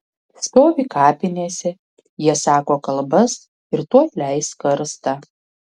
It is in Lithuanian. stovi kapinėse jie sako kalbas ir tuoj leis karstą